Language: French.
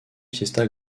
fiesta